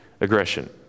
aggression